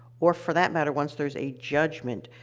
or for that matter, once there's a judgment,